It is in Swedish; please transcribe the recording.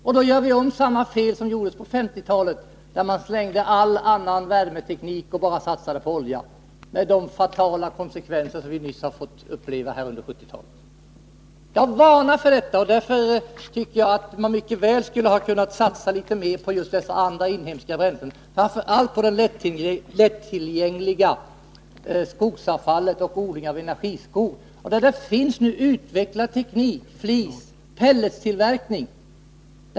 Vi riskerar att göra samma fel nu som vi gjorde på 1950-talet, när man slängde all annan värmeteknik och bara satsade på olja med de fatala konsekvenser som vi har fått uppleva under 1970-talet. Jag varnar för detta. Jag tycker att man mycket väl skulle ha kunnat satsa litet mera på just inhemska bränslen, framför allt det lättillgängliga skogsavfallet och odlingen av energiskog. Där finns en utvecklad teknik för flisoch pelletstillverkning.